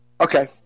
Okay